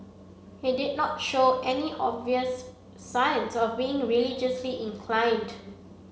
he did not show any obvious signs of being religiously inclined